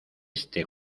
este